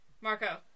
Marco